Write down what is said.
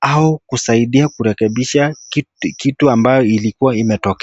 au kusaidia kurekebisha kitu ambayo ilikuwa imetoke.